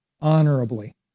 honorably